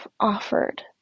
offered